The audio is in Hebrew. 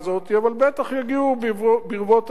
אבל בטח יגיעו ברבות הימים.